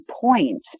point